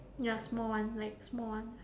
ya small one like small one